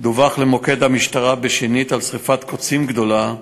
דווח למוקד המשטרה שנית על שרפת קוצים גדולה,